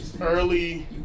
early